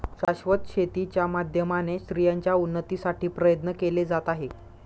शाश्वत शेती च्या माध्यमाने स्त्रियांच्या उन्नतीसाठी प्रयत्न केले जात आहे